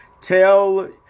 Tell